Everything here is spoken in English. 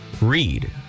Read